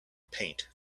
paint